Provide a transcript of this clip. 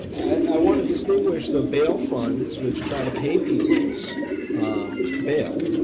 i want to distinguish the bail funds which try to pay people's bail,